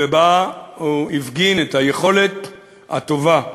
ובה הוא הפגין את היכולת הטובה